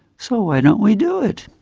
so why don't we do it?